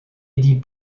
lady